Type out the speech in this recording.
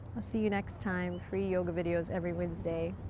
i'll see you next time. free yoga videos every wednesday.